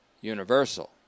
universal